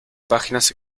páginas